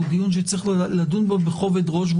שצריך לדון בו בכובד-ראש,